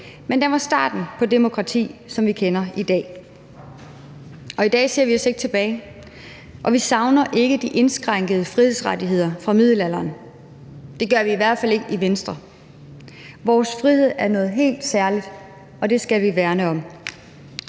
Men den var starten på demokratiet, som vi kender det i dag. Og i dag ser vi os ikke tilbage, og vi savner ikke de indskrænkede frihedsrettigheder fra middelalderen – det gør vi i hvert fald ikke i Venstre. Vores frihed er noget helt særligt, og det skal vi værne om.